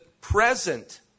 present